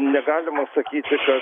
negalima sakyti kad